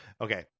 Okay